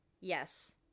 Yes